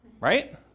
Right